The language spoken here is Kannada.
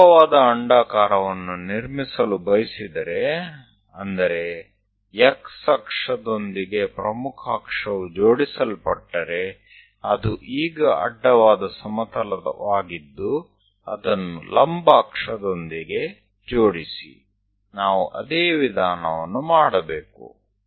ನಾವು ಲಂಬವಾದ ಅಂಡಾಕಾರವನ್ನು ನಿರ್ಮಿಸಲು ಬಯಸಿದರೆ ಅಂದರೆ X ಅಕ್ಷದೊಂದಿಗೆ ಪ್ರಮುಖ ಅಕ್ಷವು ಜೋಡಿಸಲ್ಪಟ್ಟರೆ ಅದು ಈಗ ಅಡ್ಡವಾದ ಸಮತಲವಾಗಿದ್ದು ಅದನ್ನು ಲಂಬ ಅಕ್ಷದೊಂದಿಗೆ ಜೋಡಿಸಿ ನಾವು ಅದೇ ವಿಧಾನವನ್ನು ಮಾಡಬೇಕು